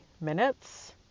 minutes